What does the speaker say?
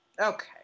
okay